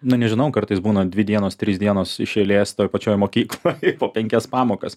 na nežinau kartais būna dvi dienos trys dienos iš eilės toj pačioj mokykloj po penkias pamokas